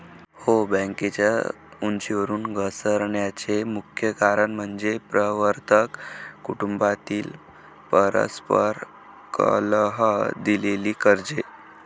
हो, बँकेच्या उंचीवरून घसरण्याचे मुख्य कारण म्हणजे प्रवर्तक कुटुंबातील परस्पर कलह, दिलेली कर्जे